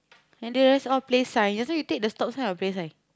and there's a play sign later you take the stop sign or play sign